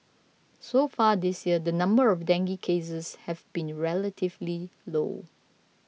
so far this year the number of dengue cases have been relatively low